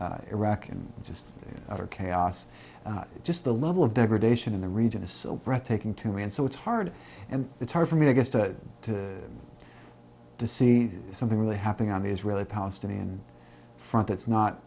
in iraq and just utter chaos just the level of degradation in the region is so breathtaking to me and so it's hard and it's hard for me to just to to see something really happening on the israeli palestinian front that's not